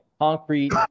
concrete